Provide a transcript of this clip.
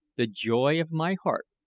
the joy of my heart,